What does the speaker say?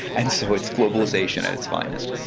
and so it's globalisation at its finest.